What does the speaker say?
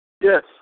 Yes